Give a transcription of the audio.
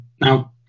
Now